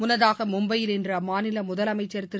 முன்னதாக மும்பையில் இன்று அம்மாநில முதலமைச்சர் திரு